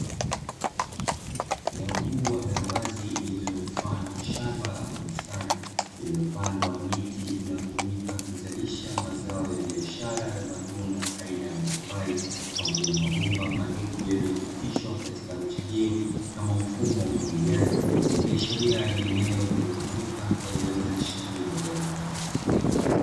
Eneo kubwa la wazi lililo mfano wa shamba, ama bustani lililopandwa miti inayotumika kuzalisha mazao ya biashara ya matunda aina ya mapapai pamoja na mabomba madogo, yaliyopitishwa katika nchi hiyo, kama mfumo wa umwagiliaji kiashiria ni eneo linalotumika kwa ajili ya uzalishaji wa mazao hayo.